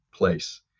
place